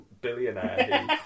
billionaire